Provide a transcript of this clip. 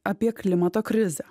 apie klimato krizę